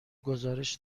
گزارش